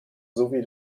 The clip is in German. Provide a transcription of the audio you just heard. sowie